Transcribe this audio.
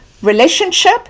relationship